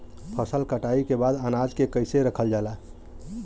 फसल कटाई के बाद अनाज के कईसे रखल जाला?